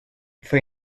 fue